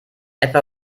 etwa